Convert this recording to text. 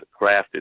crafted